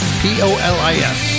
p-o-l-i-s